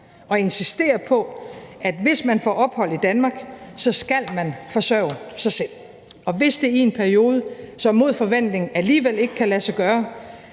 og insistere på, at hvis man får ophold i Danmark, skal man forsørge sig selv. Og hvis det i en periode så mod forventning alligevel ikke kan lade sig gøre,